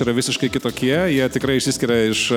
yra visiškai kitokie jie tikrai išsiskiria iš